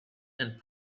and